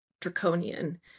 draconian